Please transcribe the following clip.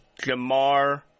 Jamar